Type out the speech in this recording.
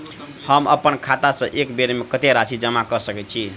हम अप्पन खाता सँ एक बेर मे कत्तेक राशि जमा कऽ सकैत छी?